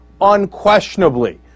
Unquestionably